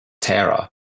Terra